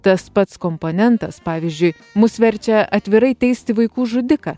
tas pats komponentas pavyzdžiui mus verčia atvirai teisti vaikų žudiką